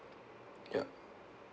ya